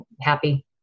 happy